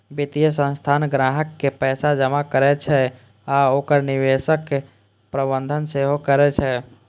वित्तीय संस्थान ग्राहकक पैसा जमा करै छै आ ओकर निवेशक प्रबंधन सेहो करै छै